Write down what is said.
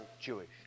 Jewish